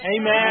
Amen